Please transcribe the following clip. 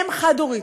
אם חד-הורית.